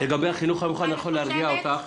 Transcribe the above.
לגבי החינוך המיוחד, אני יכול להרגיע אותך.